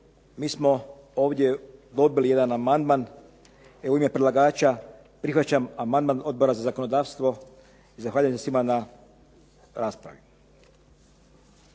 Mi smo ovdje dobili jedan amandman. U ime predlagača prihvaćam amandman Odbora za zakonodavstvo i zahvaljujem svima na raspravi.